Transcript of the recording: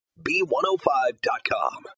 B105.com